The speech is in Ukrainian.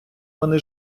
вони